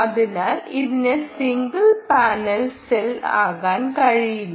അതിനാൽ ഇതിന് single panel cell ആകാൻ കഴിയില്ല